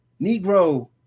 Negro